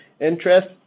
interest